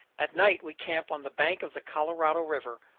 at night we camp on the bank of the colorado river,